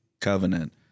covenant